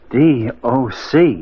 D-O-C